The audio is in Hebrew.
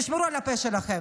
תשמרו על הפה שלכם.